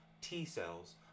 T-cells